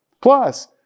Plus